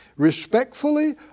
Respectfully